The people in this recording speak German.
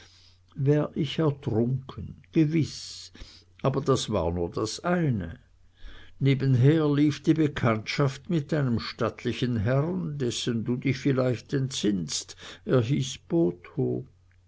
wär ich ertrunken gewiß aber das war nur das eine nebenher lief die bekanntschaft mit einem stattlichen herrn dessen du dich vielleicht entsinnst er hieß botho